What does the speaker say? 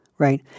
Right